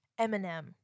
Eminem